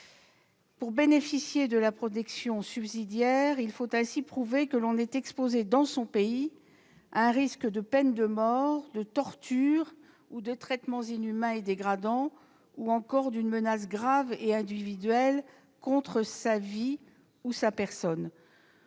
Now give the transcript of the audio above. Pour bénéficier de la protection subsidiaire, il faut ainsi prouver que l'on est exposé dans son pays à un risque de peine de mort, de torture ou de traitements inhumains et dégradants, ou encore d'une menace grave et individuelle contre sa vie ou sa personne.